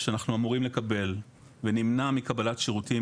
שאנחנו אמורים לקבל ונמנע מקבלת שירותים